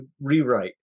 rewrite